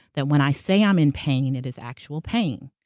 that when i say i'm in pain, it is actual pain.